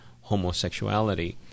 homosexuality